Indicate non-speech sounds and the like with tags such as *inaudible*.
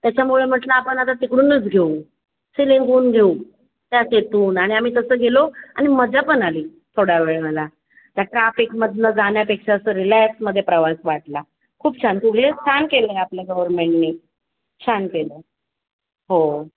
त्याच्यामुळे म्हटलं आपण आता तिकडूनच घेऊ *unintelligible* घेऊ *unintelligible* आणि आम्ही तसं गेलो आणि मज्जा पण आली थोड्या वेळ मला त्या ट्राफिकमधनं जाण्यापेक्षा असं रीलॅक्समध्ये प्रवास वाटला खूप छान गेलंय छान गेलं आहे आपल्या गव्हर्मेंटने छान केलं हो